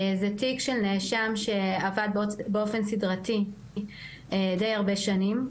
זה תיק של נאשם שעבד באופן סדרתי די הרבה שנים,